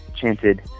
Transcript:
chanted